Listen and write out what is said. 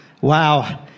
Wow